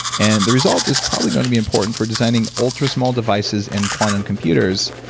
and the result is probably going to be important for designing ultra small devices in quantum computers.